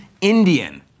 Indian